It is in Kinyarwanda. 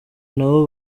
nabo